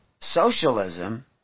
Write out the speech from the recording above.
socialism